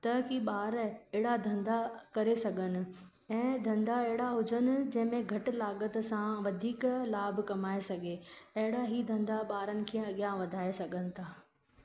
त की ॿार अहिड़ा धंधा करे सघनि ऐं धंधा अहिड़ा हुजनि जंहिंमें घटि लाॻत सां वधीक लाभ कमाए सघे अहिड़ा ई धंधा ॿारनि खे अॻियां वधाए सघनि था